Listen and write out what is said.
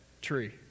tree